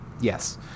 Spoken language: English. Yes